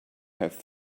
have